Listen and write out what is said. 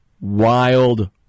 Wild